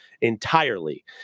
Entirely